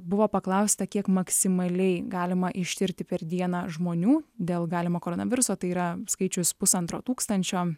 buvo paklausta kiek maksimaliai galima ištirti per dieną žmonių dėl galimo koronaviruso tai yra skaičius pusantro tūkstančio